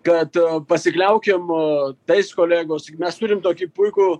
kad pasikliaukim tais kolegos mes turim tokį puikų